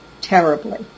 terribly